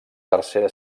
tercera